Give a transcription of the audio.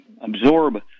absorb